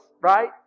right